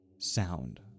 Sound